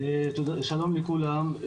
בוקר טוב לכולם.